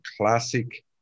classic